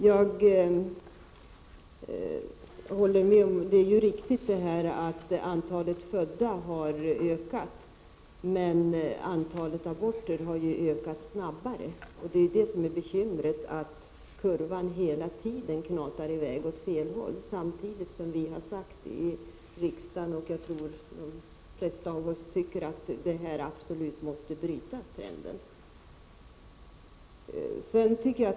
Fru talman! Det är riktigt att antalet födda har ökat, men antalet aborter har ökat snabbare. Bekymret är alltså att kurvan hela tiden går åt fel håll, samtidigt som vi i riksdagen har sagt — jag tror att de flesta av oss tycker så — att denna trend absolut måste brytas.